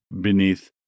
beneath